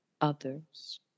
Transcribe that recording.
others